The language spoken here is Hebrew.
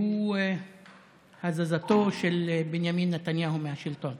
והוא הזזתו של בנימין נתניהו מהשלטון